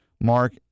Mark